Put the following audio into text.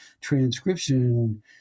transcription